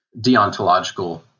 deontological